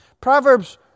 Proverbs